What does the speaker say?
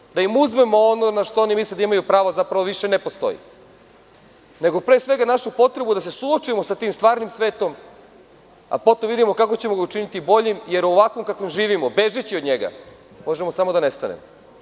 Dakle, da im uzmemo ono na šta oni misle da imaju pravo, zapravo više ne postoji, nego pre svega našu potrebu da se suočimo sa tim stvarnim svetom, a potom vidimo kako ćemo ga učiniti boljim, jer ovako kako živimo, bežeći od njega, možemo samo da nestanemo.